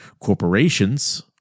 corporations